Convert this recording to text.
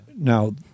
Now